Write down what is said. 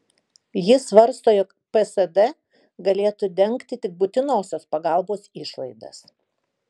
ji svarsto jog psd galėtų dengti tik būtinosios pagalbos išlaidas